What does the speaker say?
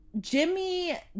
Jimmy